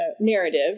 narrative